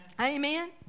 Amen